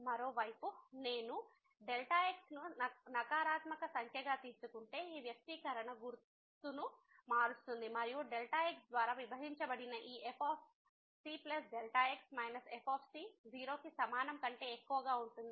మరోవైపు నేను x ను నకారాత్మక సంఖ్యగా తీసుకుంటే ఈ వ్యక్తీకరణ గుర్తును మారుస్తుంది మరియు Δxద్వారా విభజించబడిన ఈ f cx f0 కి సమానం కంటే ఎక్కువగా ఉంటుంది